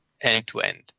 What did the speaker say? end-to-end